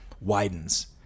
widens